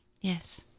Yes